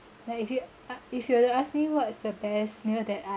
like if you a~ if you were to ask me what is the best meal that